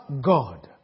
God